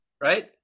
Right